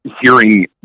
hearing